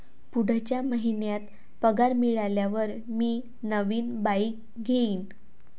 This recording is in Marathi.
पुढच्या महिन्यात पगार मिळाल्यावर मी नवीन बाईक घेईन